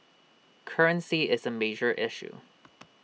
currency is A major issue